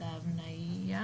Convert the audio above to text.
את ההבניה.